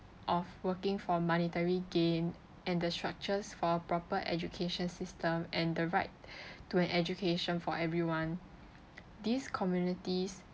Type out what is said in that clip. of working for monetary gain and the structures for proper education system and the right to an education for everyone these communities